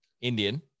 Indian